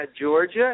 Georgia